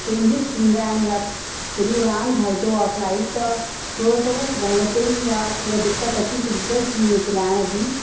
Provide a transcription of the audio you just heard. changes थींदा आहिनि या कहिड़ी उड़ान भरंदो आहे फ्लाइट थोरो सो वॉमिटिंग या या दिक़त अची सघंदी अथसि जी मिचलाइण जी